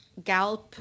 GALP